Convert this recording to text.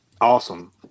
awesome